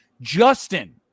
Justin